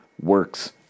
works